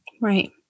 Right